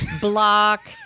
Block